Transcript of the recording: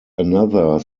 another